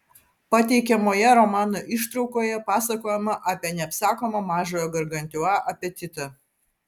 pateikiamoje romano ištraukoje pasakojama apie neapsakomą mažojo gargantiua apetitą